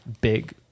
big